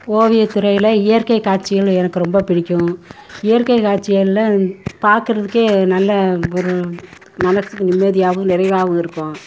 ஓவியத்துறையில் இயற்கை காட்சிகள் எனக்கு ரொம்ப பிடிக்கும் இயற்கை காட்சிகளில் பார்க்குறதுக்கே நல்ல ஒரு நல்ல நிம்மதியாகவும் நிறைவாகவும் இருக்கும்